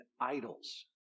idols